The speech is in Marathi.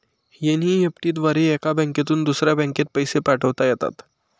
एन.ई.एफ.टी द्वारे एका बँकेतून दुसऱ्या बँकेत पैसे पाठवता येतात